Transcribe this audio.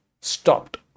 stopped